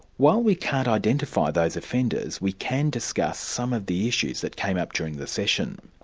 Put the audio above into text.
while we can't identify those offenders, we can discuss some of the issues that came up during the session.